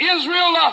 Israel